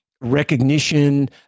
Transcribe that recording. recognition